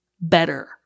better